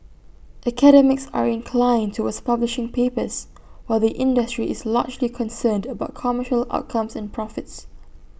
academics are inclined towards publishing papers while the industry is largely concerned about commercial outcomes and profits